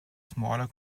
smaller